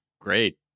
great